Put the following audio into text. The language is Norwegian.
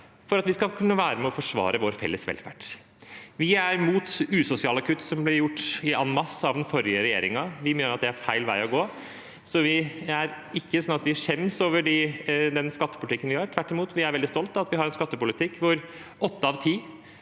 for at vi skal kunne være med og forsvare vår felles velferd. Vi er mot usosiale kutt som ble gjort en masse av den forrige regjeringen, vi mener at det er feil vei å gå. Det er altså ikke slik at vi skjemmes over den skattepolitikken vi har – tvert imot: Vi er veldig stolt av at vi har en skattepolitikk hvor åtte av